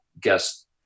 guest